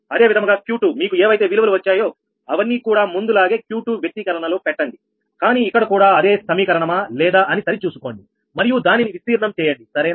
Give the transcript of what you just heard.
అదే విధముగా Q2 మీకు ఏవైతే విలువలు వచ్చాయో అవన్నీ కూడా ముందులాగే Q2 వ్యక్తీకరణలో పెట్టండి కానీ ఇక్కడ కూడా అదే సమీకరణమా లేదా అని సరి చూసుకోండి మరియు దానిని విస్తీర్ణం చేయండి సరేనా